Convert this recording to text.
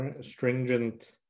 stringent